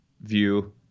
view